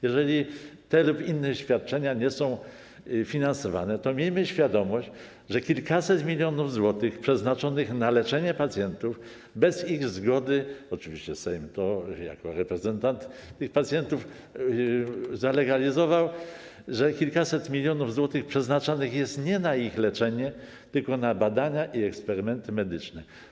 Jeżeli te lub inne świadczenia nie są finansowane, to miejmy świadomość, że kilkaset milionów złotych przeznaczonych na leczenie pacjentów bez ich zgodny - oczywiście Sejm jako reprezentant tych pacjentów to zalegalizował - przeznaczanych jest nie na ich leczenie, tylko na badania i eksperymenty medyczne.